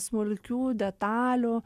smulkių detalių